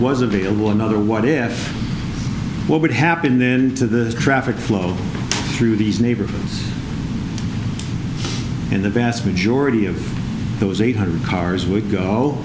was available in other what if what would happen then to this traffic flow through these neighborhoods in the vast majority of those eight hundred cars would go